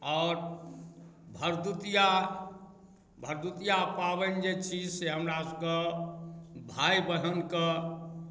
आओर भरदुतिआ भरदुतिआ पाबनि जे छी से हमरा सब कऽ भाइ बहिन कऽ